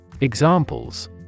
Examples